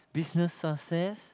business success